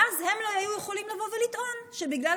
ואז הם לא היו יכולים לבוא ולטעון שבגלל